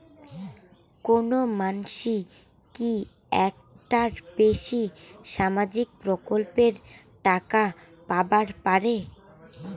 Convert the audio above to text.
কোনো মানসি কি একটার বেশি সামাজিক প্রকল্পের টাকা পাবার পারে?